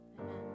Amen